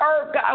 earth